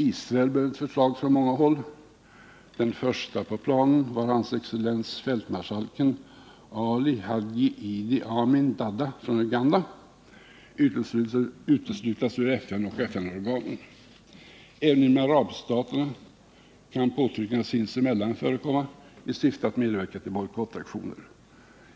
Israel bör enligt förslag från många håll — den förste på plan var hans excellens fältmarskalken Ali Hadgi Idi Amin Dada från Uganda — uteslutas ur FN och FN-organen. Även inom arabstaterna sinsemellan riktas påtryckningar i syfte att medverka till bojkottaktioner.